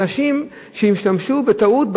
אנשים שהשתמשו בטעות.